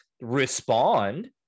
respond